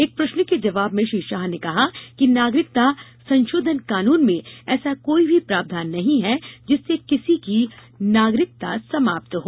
एक प्रश्न के जवाब में श्री शाह ने कहा कि नागरिकता संशोधन कानून में ऐसा कोई भी प्रावधान नहीं है जिससे किसी की नागरिकता समाप्त हो